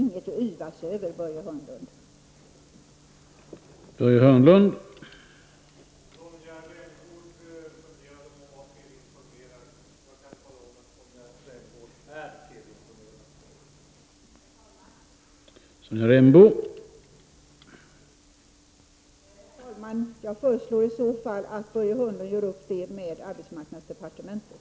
Det är ingenting att yvas över, Börje Hörnlund!